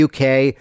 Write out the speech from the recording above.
UK